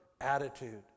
attitude